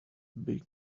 big